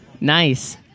Nice